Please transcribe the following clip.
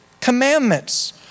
commandments